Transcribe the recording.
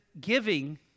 giving